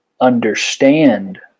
understand